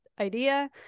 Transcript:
idea